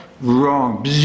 wrong